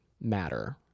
matter